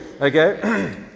Okay